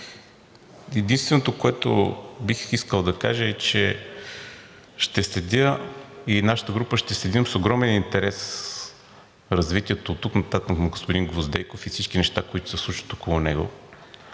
Единственото, което бих искал да кажа, е, че ще следя, и нашата група ще следим с огромен интерес развитието от тук нататък на господин Гвоздейков и всички неща, които се случват около него,